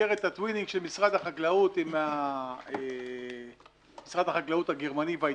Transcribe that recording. במסגרת ה-twinning של משרד החקלאות עם משרדי החקלאות הגרמני והאיטלקי,